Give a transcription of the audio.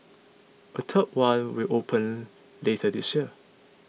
a third one will open later this year